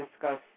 discuss